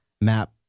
map